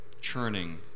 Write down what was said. churning